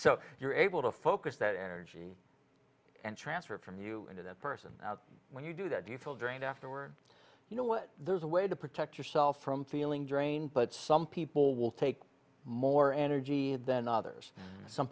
so you're able to focus that energy and transfer from you into that person when you do that you feel drained afterwards you know what there's a way to protect yourself from feeling drained but some people will take more energy than others some